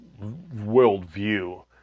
worldview